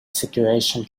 situation